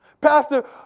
Pastor